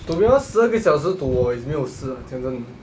to be honest 十二个小时 to 我 is 没有事 ah 讲真的